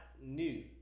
new